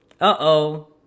Uh-oh